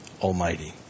almighty